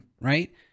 right